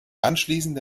anschließend